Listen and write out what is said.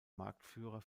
marktführer